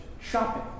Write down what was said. shopping